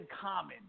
common